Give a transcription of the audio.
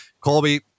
Colby